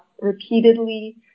repeatedly